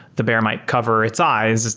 the bear might cover its eyes,